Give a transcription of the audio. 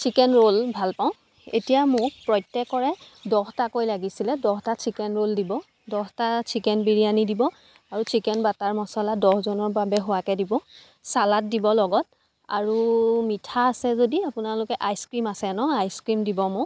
chicken roll ভালপাওঁ এতিয়া মোক প্ৰত্যেকৰে দহটাকৈ লাগিছিলে দহটা চিকেন ৰ'ল দিব দহটা চিকেন বিৰিয়ানী দিব আৰু চিকেন বাটাৰ মছলা দহজনৰ বাবে হোৱাকৈ দিব চালাড দিব লগত আৰু মিঠা আছে যদি আপোনালোকে আইচক্ৰীম আছে ন আইচক্ৰীম দিব মোক